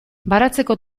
baratzeko